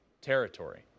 territory